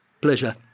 Pleasure